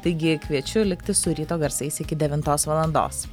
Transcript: taigi kviečiu likti su ryto garsais iki devintos valandos